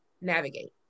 navigate